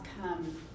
come